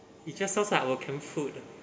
it just sounds like our camp food ah